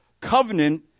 covenant